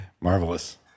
Marvelous